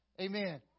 Amen